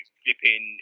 flipping